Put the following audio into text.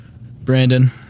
Brandon